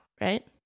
right